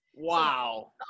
Wow